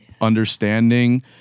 understanding